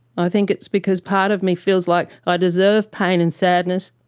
i think it's because part of me feels like i deserve pain and sadness.